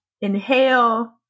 inhale